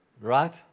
right